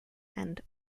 and